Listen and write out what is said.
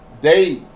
Day